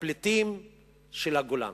הפליטים של הגולן.